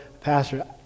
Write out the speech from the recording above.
Pastor